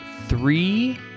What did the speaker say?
three